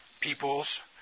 peoples